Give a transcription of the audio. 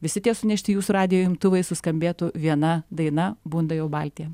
visi tie sunešti jūsų radijo imtuvai suskambėtų viena daina bunda jau baltija